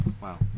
Wow